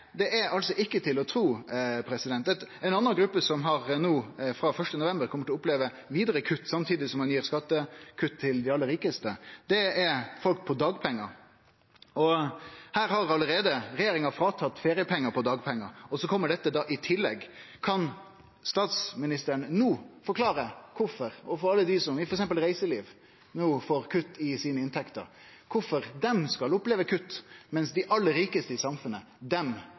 ikkje til å tru. Ei anna gruppe som frå den 1. november kjem til å oppleve vidare kutt, samtidig som ein gir skattekutt til dei aller rikaste, er folk på dagpengar. Regjeringa har allereie sørgd for at det ikkje er feriepengar for dagpengar, og så kjem dette i tillegg. Kan statsministeren no, overfor alle dei i f.eks. reiselivet som no får kutt i sine inntekter, forklare kvifor dei skal oppleve kutt, mens dei aller rikaste i samfunnet